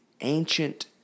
ancient